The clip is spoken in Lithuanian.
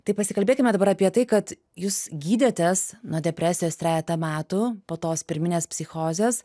tai pasikalbėkime dabar apie tai kad jūs gydėtės nuo depresijos trejetą metų po tos pirminės psichozės